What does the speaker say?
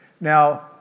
Now